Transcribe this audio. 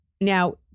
now